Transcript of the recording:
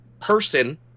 person